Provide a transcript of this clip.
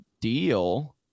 deal